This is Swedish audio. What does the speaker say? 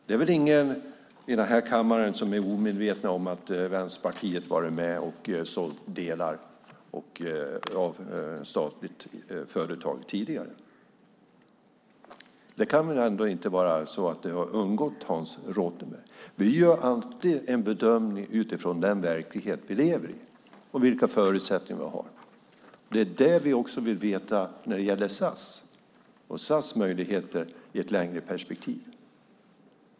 Det är väl ingen i den här kammaren som är omedveten om att Vänsterpartiet har varit med och sålt delar av ett statligt företag tidigare. Det kan väl ändå inte ha undgått Hans Rothenberg. Vi gör alltid en bedömning utifrån den verklighet vi lever i och vilka förutsättningar vi har. Det är det vi också vill veta när det gäller SAS och SAS möjligheter i ett längre perspektiv.